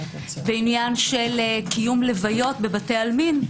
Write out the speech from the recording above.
של קיום לוויות בבתי עלמין.